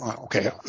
okay